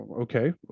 okay